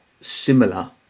similar